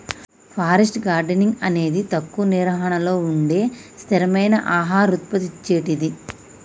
forest gardening అనేది తక్కువ నిర్వహణతో ఉండే స్థిరమైన ఆహార ఉత్పత్తి ఇచ్చేటిది